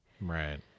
right